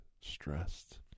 stressed